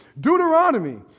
deuteronomy